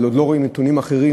אבל עוד לא רואים נתונים אחרים,